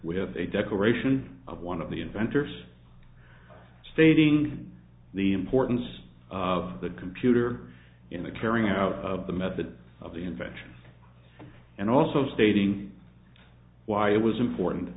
have a declaration of one of the inventors stating the importance of the computer in the carrying out of the method of the invention and also stating why it was important